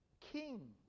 king